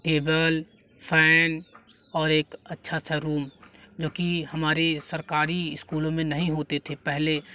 table fan और एक अच्छा सा रूम जो कि हमारे सरकारी स्कूलों में नहीं होते थे पहले स्कूलों